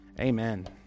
Amen